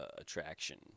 attraction